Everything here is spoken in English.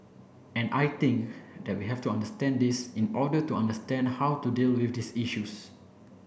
and I think that we have to understand this in order to understand how to deal with these issues